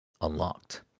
unlocked